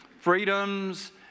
freedoms